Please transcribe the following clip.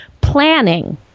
planning